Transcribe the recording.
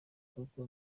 kuko